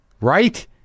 right